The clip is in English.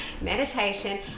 meditation